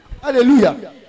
hallelujah